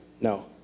No